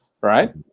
right